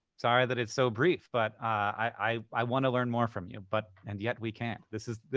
sorry that it's so brief, but i i want to learn more from you, but and yet we can't. this is